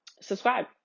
subscribe